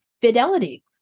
fidelity